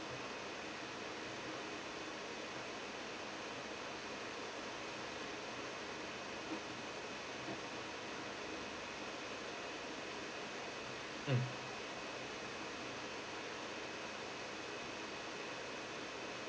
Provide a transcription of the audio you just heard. mm